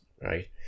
right